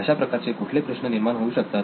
अशा प्रकारचे कुठले प्रश्न निर्माण होऊ शकतात